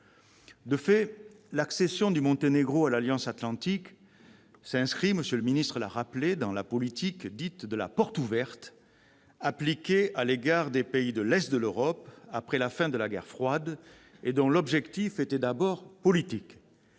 De fait, l'accession du Monténégro à l'Alliance atlantique s'inscrit dans la politique dite « de la porte ouverte » appliquée à l'égard des pays de l'est de l'Europe après la fin de la guerre froide, et dont l'objectif était d'abord politique